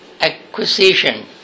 acquisition